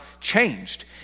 changed